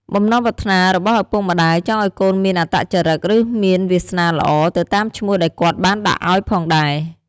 បំណងប្រាថ្នារបស់ឪពុកម្តាយចង់ឲ្យកូនមានអត្តចរឹក ឬមានវាសនាល្អ ទៅតាមឈ្មោះដែលគាត់បានដាក់ឲ្យផងដែរ។